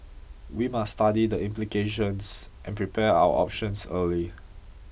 we must study the implications and prepare our options early